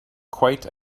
quite